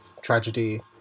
tragedy